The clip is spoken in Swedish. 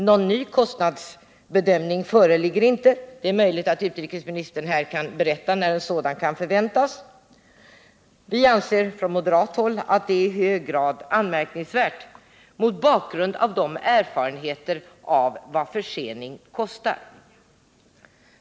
Någon ny kostnadsbedömning föreligger inte — det är möjligt att utrikesministern här kan berätta när en sådan kan förväntas — vilket vi från moderat håll anser vara anmärkningsvärt mot bakgrund av erfarenheterna av vad förseningar kostar.